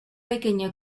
pequeño